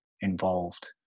involved